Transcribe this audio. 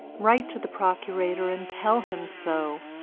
write to the procurator and tell him so.